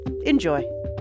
Enjoy